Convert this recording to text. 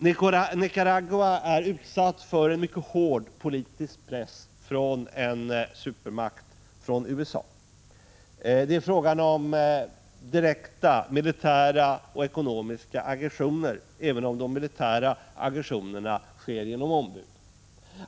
Nicaragua är utsatt för en mycket hård politisk press från supermakten USA. Det är fråga om direkta militära och ekonomiska aggressioner, även om de militära aggressionerna sker genom ombud.